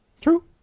True